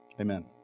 amen